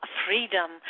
freedom